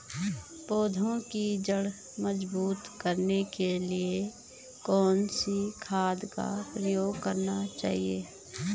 पौधें की जड़ मजबूत करने के लिए कौन सी खाद का प्रयोग करना चाहिए?